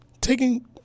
taking